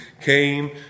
came